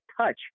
touch